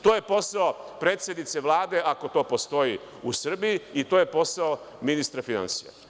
To je posao predsednice Vlade, ako to postoji u Srbiji, i to je posao ministra finansija.